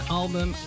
album